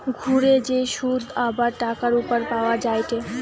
ঘুরে যে শুধ আবার টাকার উপর পাওয়া যায়টে